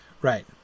Right